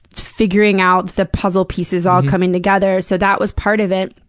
figuring out the puzzle pieces all coming together, so that was part of it.